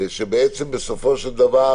בסופו של דבר